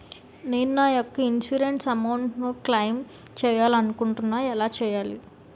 నేను నా యెక్క ఇన్సురెన్స్ అమౌంట్ ను క్లైమ్ చేయాలనుకుంటున్నా ఎలా చేయాలి?